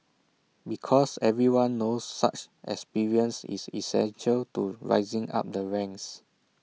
because everyone knows such experience is essential to rising up the ranks